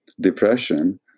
Depression